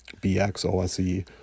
BXOSE